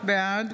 בעד